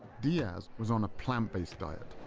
diaz was on a plant based diet.